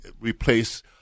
replace